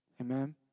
Amen